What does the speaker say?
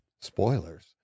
spoilers